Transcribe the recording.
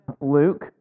Luke